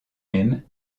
même